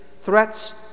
threats